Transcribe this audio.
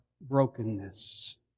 brokenness